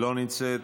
לא נמצאת,